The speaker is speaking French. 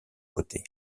côté